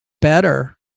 better